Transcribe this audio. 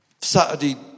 Saturday